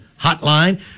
hotline